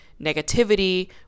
negativity